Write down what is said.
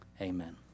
amen